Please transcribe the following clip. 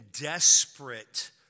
desperate